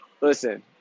listen